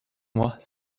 mois